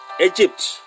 Egypt